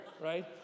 right